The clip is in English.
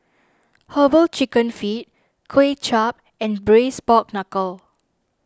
Herbal Chicken Feet Kuay Chap and Braised Pork Knuckle